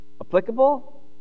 Applicable